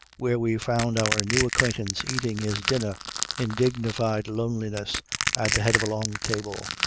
where we found our new acquaintance eating his dinner in dignified loneliness at the head of a long table,